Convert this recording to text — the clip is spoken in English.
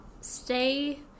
stay